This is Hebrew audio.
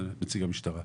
זה נציג המשטרה.